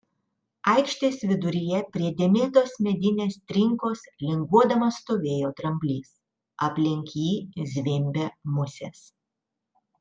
aikštės viduryje prie dėmėtos medinės trinkos linguodamas stovėjo dramblys aplink jį zvimbė musės